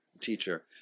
teacher